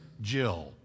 Jill